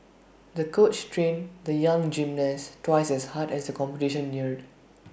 the coach trained the young gymnast twice as hard as the competition neared